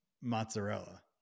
mozzarella